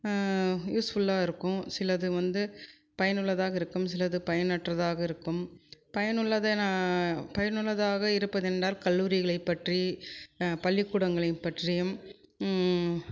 யூஸ்ஃபுல்லாக இருக்கும் சிலது வந்து பயனுள்ளதாக இருக்கும் சிலது பயனற்றதாக இருக்கும் பயனுள்ளதை நான் பயனுள்ளதாக இருப்பது என்றால் கல்லூரிகளைப் பற்றி பள்ளிக்கூடங்களை பற்றியும்